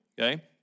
okay